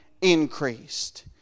increased